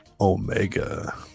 Omega